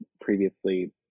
previously